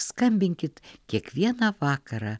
skambinkit kiekvieną vakarą